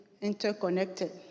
interconnected